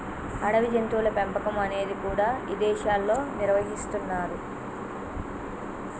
అడవి జంతువుల పెంపకం అనేది కూడా ఇదేశాల్లో నిర్వహిస్తున్నరు